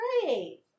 great